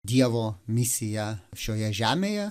dievo misiją šioje žemėje